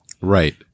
Right